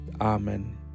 Amen